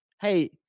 Hey